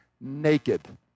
naked